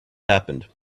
happened